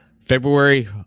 February